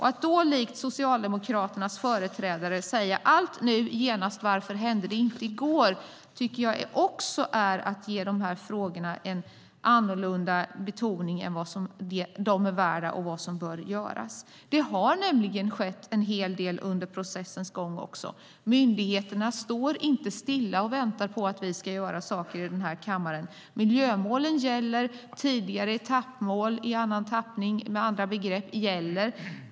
Att då, likt Socialdemokraternas företrädare, tala om allt nu, genast, och om varför det inte hände i går, tycker jag är att ge de här frågorna en annan betoning än de är värda när det gäller det som bör göras. Det har nämligen skett en hel del under processens gång. Myndigheterna är inte stilla i väntan på att vi gör saker i denna kammare. Miljömålen gäller. Tidigare etappmål, i annan tappning och med andra begrepp, gäller.